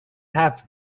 have